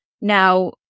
Now